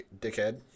dickhead